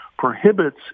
prohibits